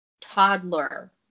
toddler